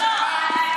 לא, לא.